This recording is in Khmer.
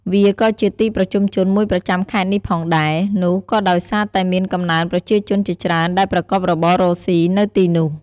វាក៏ជាទីប្រជុំជនមួយប្រចាំខេត្តនេះផងដែរ នោះក៏ដោយសារតែមានកំណើនប្រជាជនជាច្រើនដែលប្រកបរបររកស៊ីនៅទីនោះ។